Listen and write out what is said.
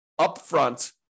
upfront